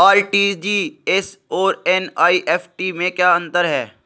RTGS और NEFT में क्या अंतर है?